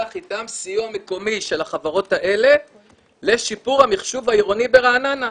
איתם סיוע מקומי של החברות האלה לשיפור המחשוב העירוני ברעננה.